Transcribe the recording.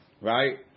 Right